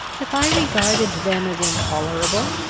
if i regarded them as intolerable,